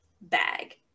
bag